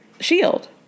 shield